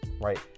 right